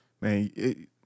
Man